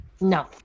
no